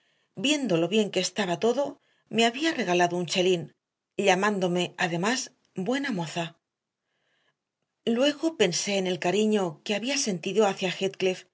lo bien que estaba todo me había regalado un chelín llamándome además buena moza luego pensé en el cariño que había sentido hacia